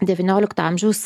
devyniolikto amžiaus